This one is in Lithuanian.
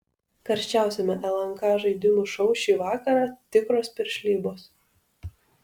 karščiausiame lnk žaidimų šou šį vakarą tikros piršlybos